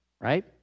right